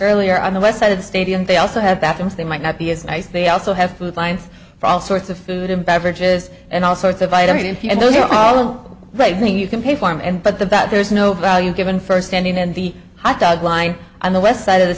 earlier on the west side of the stadium they also have bathrooms they might not be as nice they also have food lines for all sorts of food and beverages and all sorts of vitamin e and p and those are all oh right i mean you can pay for them and but the best there's no value given first standing in the hot dog line on the west side of the